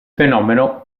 fenomeno